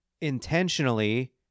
intentionally